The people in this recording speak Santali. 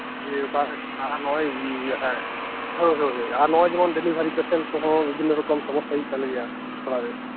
ᱡᱮ ᱚᱠᱟ ᱟᱨ ᱱᱚᱜᱚᱭ ᱦᱮᱸ ᱦᱳᱭ ᱦᱳᱭ ᱟᱨ ᱱᱚᱜᱚᱭ ᱡᱮᱢᱚᱱ ᱰᱮᱞᱤᱵᱷᱟᱨᱤ ᱯᱮᱥᱮᱱᱴ ᱠᱚᱦᱚᱸ ᱵᱤᱵᱷᱤᱱᱚ ᱨᱚᱠᱚᱢ ᱥᱚᱢᱚᱥᱟ ᱦᱩᱭᱩᱜ ᱛᱟᱞᱮᱜᱮᱭᱟ ᱴᱚᱞᱟᱨᱮ